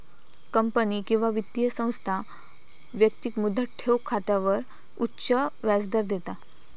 company किंवा वित्तीय संस्था व्यक्तिक मुदत ठेव खात्यावर उच्च व्याजदर देता